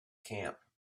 camp